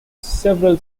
several